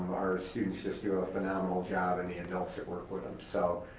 our students just do a phenomenal job and the adults that work with them. so,